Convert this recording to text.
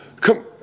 come